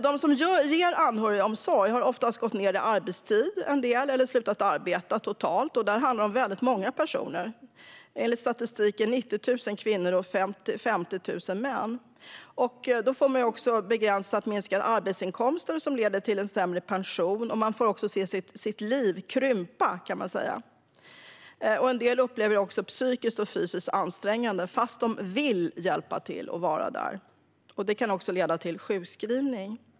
De som ger anhörigomsorg har oftast gått ned i arbetstid eller slutat arbeta helt. Det handlar om väldigt många personer, enligt statistiken 90 000 kvinnor och 50 000 män. De får minskade arbetsinkomster, vilket leder till en sämre pension. De får också se sina liv krympa. En del upplever det psykiskt och fysiskt ansträngande, fast de vill hjälpa till och vara där. Det kan också leda till sjukskrivning.